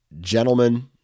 gentlemen